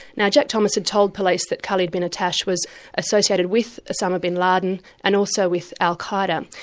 now jack thomas had told police that khali bin attash was associated with osama bin laden, and also with al-qa'eda.